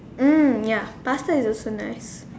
mm ya pasta is also nice